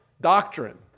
doctrine